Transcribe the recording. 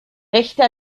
rechte